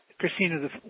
Christina